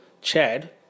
Chad